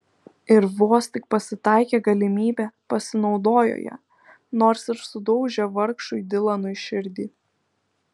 ir vos tik pasitaikė galimybė pasinaudojo ja nors ir sudaužė vargšui dilanui širdį